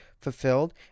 fulfilled